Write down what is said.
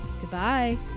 Goodbye